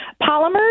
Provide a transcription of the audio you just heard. polymer